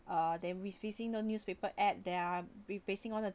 uh then we facing the newspaper ad they are replacing all the